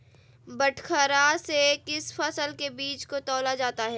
बटखरा से किस फसल के बीज को तौला जाता है?